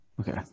Okay